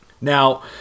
Now